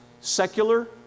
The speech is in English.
secular